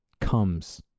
comes